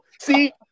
See